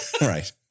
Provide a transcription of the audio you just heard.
right